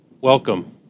welcome